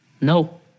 No